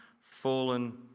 fallen